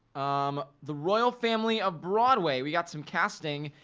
um the royal family of broadway, we got some casting.